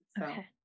okay